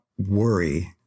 worry